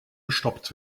gestoppt